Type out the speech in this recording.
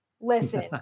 listen